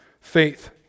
faith